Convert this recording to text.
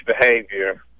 behavior